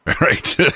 right